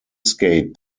skate